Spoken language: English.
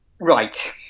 Right